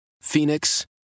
Phoenix